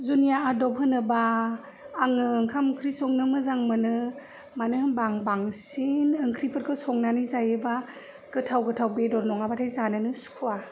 जुनिया आदब होनोबा आङो ओंखाम ओंख्रि संनो मोजां मोनो मानो होनबा आं बांसिन ओंख्रिफोरखौ संनानै जायोबा गोथाव गोथाव बेदर नङाबाथाय जानोनो सुखुवा